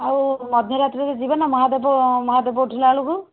ଆଉ ମଧ୍ୟ ରାତ୍ରିରେ ଯିବା ନା ମହାଦୀପ ମହାଦୀପ ଉଠିଲା ବେଳକୁ